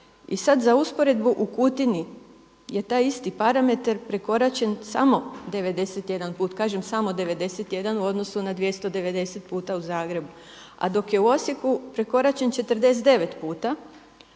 I sada za usporedbu u Kutini je taj isti parametar prekoračen samo 91 put, kažem samo 91 u odnosu na 290 puta u Zagrebu a dok je u Osijeku prekoračen 49 puta